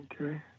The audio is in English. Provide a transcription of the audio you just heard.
Okay